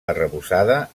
arrebossada